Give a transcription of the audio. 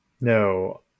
No